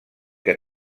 que